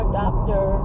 doctor